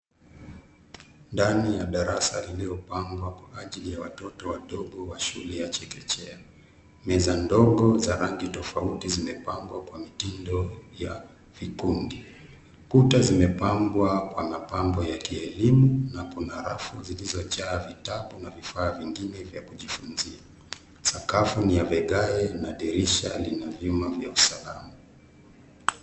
Ndani ya darasa iliyopangwa kwa ajili ya watoto wadogo wa shule ya chekechea. Meza ndogo za rangi tofauti zimepangwa kwa mitindo ya vikundi. Kuta zimepambwa kwa mapambo ya kielimu na kuna rafu zilizojaa vitabu na vifaa vingine vya kujifunzia. Sakafu ni ya vigae na dirisha lina viuma vya usalamu.